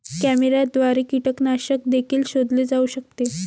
कॅमेऱ्याद्वारे कीटकनाशक देखील शोधले जाऊ शकते